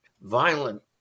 violent